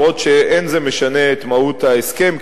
אף-על-פי שאין זה משנה את מהות ההסכם,